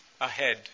ahead